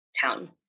town